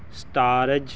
stars